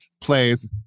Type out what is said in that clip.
plays